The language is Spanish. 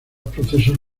procesos